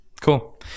cool